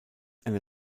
einer